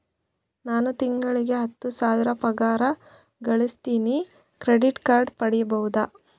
ನಾನು ತಿಂಗಳಿಗೆ ಹತ್ತು ಸಾವಿರ ಪಗಾರ ಗಳಸತಿನಿ ಕ್ರೆಡಿಟ್ ಕಾರ್ಡ್ ಪಡಿಬಹುದಾ?